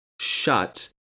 shut